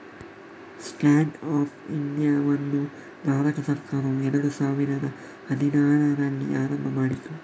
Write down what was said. stand up ಇಂಡಿಯಾವನ್ನು ಭಾರತ ಸರ್ಕಾರವು ಎರಡು ಸಾವಿರದ ಹದಿನಾರರಲ್ಲಿ ಆರಂಭ ಮಾಡಿತು